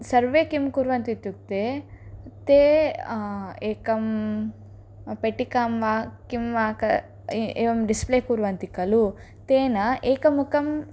सर्वे किं कुर्वन्ति इत्युक्ते ते एकं पेटिकां वा किं वा क एवं डिस्प्ले कुर्वन्ति खलु तेन एकमुखम्